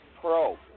pro